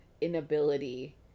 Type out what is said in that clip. inability